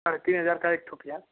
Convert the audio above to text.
साढ़े तीन हज़ार का एक ठो भैया